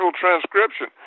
transcription